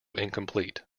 incomplete